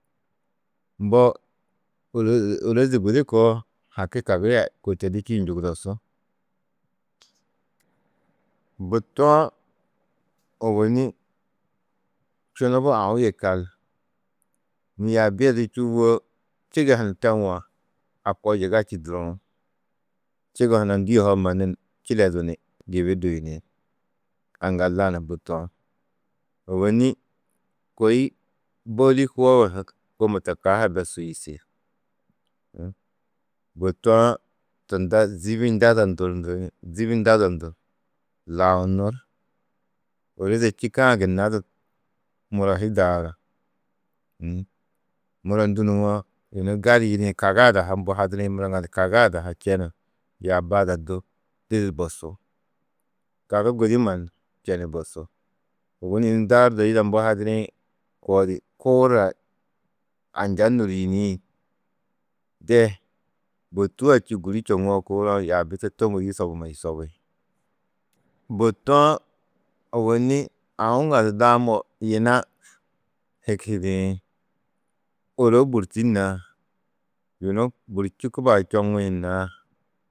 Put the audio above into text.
Mbo ôrozi gudi koo haki kagi a kôi to di čîĩ njugudosú. Bôtu-ã ôwonni čunubu aũ yê kal, nû yaabi a di čûwo, čigo hunu tewo a koo yiga čî duruú, čigo hunã ndû yohoo mannu čiledu ni gibi duyini a ŋga lanu bôtu-ã. Ôwonni kôi bôli kubogo na kômo ta kaa ha bes su yîsi. Bôtu-ã tunda zîbi ndado ndur, lau nur, ôroze čîkã gunna du muro daaru, muro ndû nuwo, yunu gali yidĩ kaga ada ha mbo hadirĩ muro ŋadu, kaga ada ha čenu yaaba ada du didi bosú. Kagi gudi mannu čenu bosú. Ôwonni yunu daardo yida mbo hadirĩ koo di, kuur a anja nûriyinĩ de bôtu a čî gûri čoŋoo, kuuru-ã yaabi to tômudu yusobu ni yusobi. Bôtu-ã ôwonni aũ ŋadu daamo yina hikhidiĩ, ôro bûrti na yunu guru čî čoŋĩ naa.